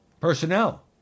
personnel